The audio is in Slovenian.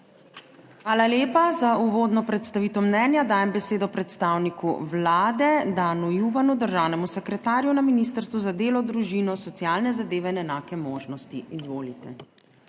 Hvala lepa. Za uvodno predstavitev mnenja dajem besedo predstavniku Vlade, Danu Juvanu, državnemu sekretarju na Ministrstvu za delo, družino, socialne zadeve in enake možnosti, izvolite.